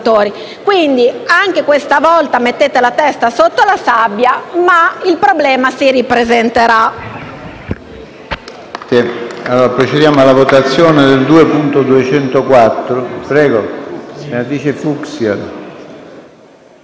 Quindi, anche questa volta mettete la testa sotto la sabbia, ma il problema si ripresenterà.